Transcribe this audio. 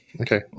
Okay